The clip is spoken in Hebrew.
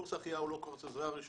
קורס החייאה הוא לא קורס עזרה ראשונה.